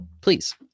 please